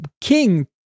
king